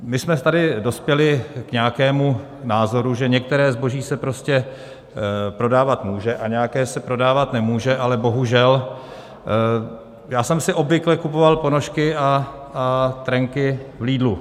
My jsme tady dospěli k nějakému názoru, že některé zboží se prostě prodávat může a nějaké se prodávat nemůže, ale bohužel, já jsem si obvykle kupoval ponožky a trenky v Lidlu.